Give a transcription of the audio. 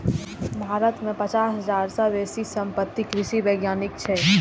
भारत मे पचास हजार सं बेसी समर्पित कृषि वैज्ञानिक छै